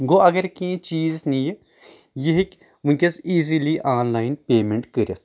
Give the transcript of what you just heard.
گوٚو اگر کینٛہہ یہِ چیٖز نِیہِ یہِ ہٮ۪کہِ ؤنکیٚس easily online payment کٔرتھ